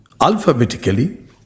alphabetically